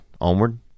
Onward